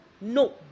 No